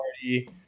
party